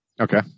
Okay